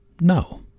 No